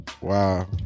Wow